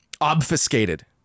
obfuscated